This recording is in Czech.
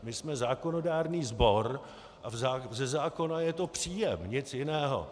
My jsme zákonodárný sbor a ze zákona je to příjem, nic jiného.